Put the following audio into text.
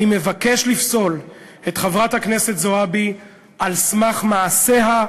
אני מבקש לפסול את חברת הכנסת זועבי על סמך מעשיה,